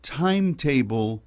timetable